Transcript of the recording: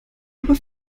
aber